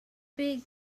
big